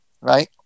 right